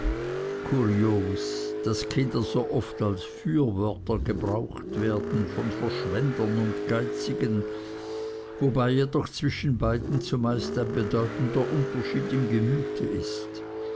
kurios daß kinder so oft als fürwörter gebraucht werden von verschwendern und geizigen wobei jedoch zwischen beiden zumeist ein bedeutender unterschied im gemüte ist